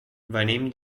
venim